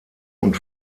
und